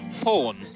Porn